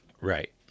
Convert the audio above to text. Right